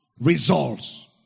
Results